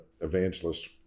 evangelist